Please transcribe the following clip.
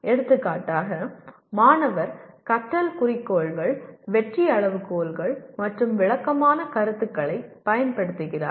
எடுத்துக்காட்டாக மாணவர் கற்றல் குறிக்கோள்கள் வெற்றி அளவுகோல்கள் மற்றும் விளக்கமான கருத்துக்களைப் பயன்படுத்துகிறார்